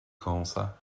kąsa